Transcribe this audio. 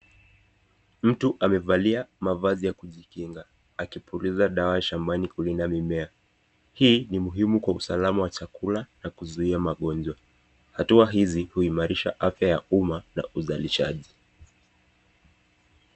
Mtu amevalia mavazi ya kujikinga akipuliza dawa shambani kulinda mimea. Hii ni muhimu kwa usalama wa chakula na kuzuia magonjwa. Hatua hizi huimarisha afya ya umma na uzalishaji.